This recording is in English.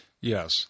Yes